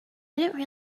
really